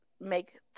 make